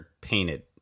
painted